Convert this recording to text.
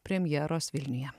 premjeros vilniuje